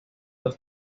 dos